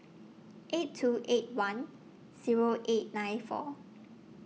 eight two eight one Zero eight nine four